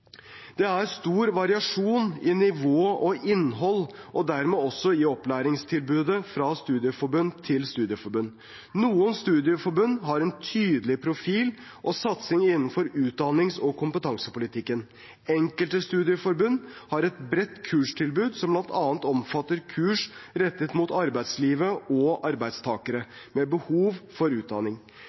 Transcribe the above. Det er stor variasjon i nivå og innhold, og dermed også i opplæringstilbudet fra studieforbund til studieforbund. Noen studieforbund har en tydelig profil og satsing innenfor utdannings- og kompetansepolitikken. Enkelte studieforbund har et bredt kurstilbud som bl.a. omfatter kurs rettet mot arbeidslivet og arbeidstakere med behov for utdanning.